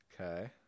okay